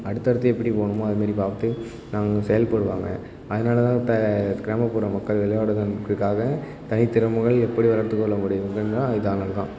அடுத்தடுத்து எப்படி போகணுமோ அதுமாரி பார்த்து நாங்கள் செயல்படுவாங்க அதனால தான் த கிராமப்புற மக்கள் விளையாடணுங்கிறதுக்காக தனித்திறமைகள் எப்படி வளர்த்துக்கொள்ள முடியும்ங்கள்னால் இதால் தான்